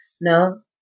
No